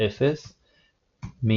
ℵ 0 \displaystyle \!\,\aleph _{0} .